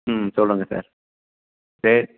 ம் சொல்லுங்கள் சார் சரி